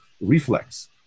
reflex